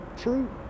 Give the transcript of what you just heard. true